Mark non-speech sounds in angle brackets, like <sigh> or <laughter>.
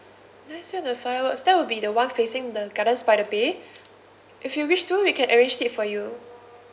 night face the fireworks that will be the one facing the gardens by the bay <breath> if you wish to we can arrange it for you